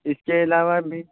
اس کے علاوہ بھی